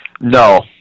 No